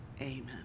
Amen